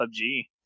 PUBG